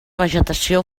vegetació